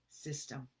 system